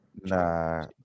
Nah